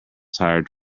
tired